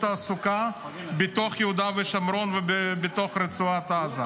תעסוקה בתוך יהודה ושומרון ובתוך רצועת עזה.